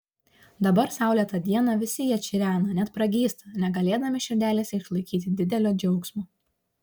dabar saulėtą dieną visi jie čirena net pragysta negalėdami širdelėse išlaikyti didelio džiaugsmo